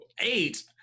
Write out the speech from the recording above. eight